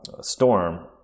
storm